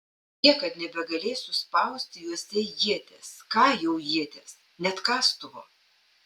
niekad nebegalėsiu spausti juose ieties ką jau ieties net kastuvo